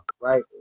right